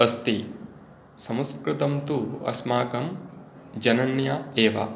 अस्ति संस्कृतं तु अस्माकं जनन्या एव